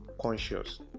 conscious